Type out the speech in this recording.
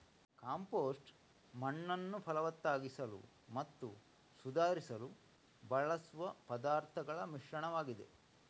compost ಮಣ್ಣನ್ನು ಫಲವತ್ತಾಗಿಸಲು ಮತ್ತು ಸುಧಾರಿಸಲು ಬಳಸುವ ಪದಾರ್ಥಗಳ ಮಿಶ್ರಣವಾಗಿದೆ